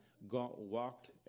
walked